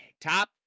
Top